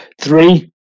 three